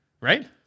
Right